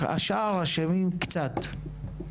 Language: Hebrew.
השאר אשמים קצת.